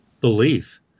belief